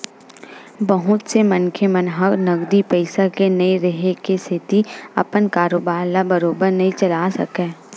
बहुत से मनखे मन ह नगदी पइसा के नइ रेहे के सेती अपन कारोबार ल बरोबर नइ चलाय सकय